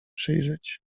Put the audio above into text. przyjrzeć